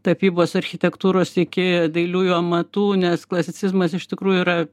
tapybos architektūros iki dailiųjų amatų nes klasicizmas iš tikrųjų yra